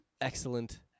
Excellent